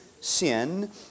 sin